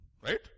Right